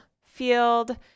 field